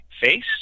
face